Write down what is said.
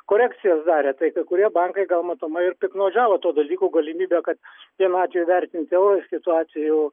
korekcijas darė tai kai kurie bankai gal matomai ir piktnaudžiavo to dalyko galimybe kad vienu atveju vertint eurais kitu atveju